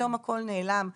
פתאום הכל נעלם ואיננו.